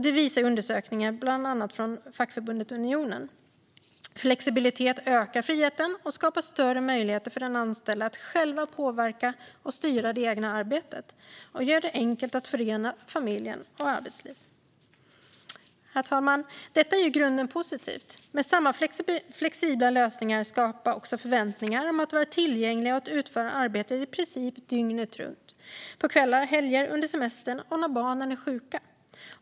Det visar undersökningar bland annat från fackförbundet Unionen. Flexibilitet ökar friheten och skapar större möjligheter för den anställde att själv påverka och styra det egna arbetet. Detta gör det enkelt att förena familj och arbetsliv. Herr talman! Detta är i grunden positivt, men samma flexibla lösningar skapar också förväntningar om att vara tillgänglig och att utföra arbete i princip dygnet runt - på kvällar, på helger, under semestern och när barnen är sjuka.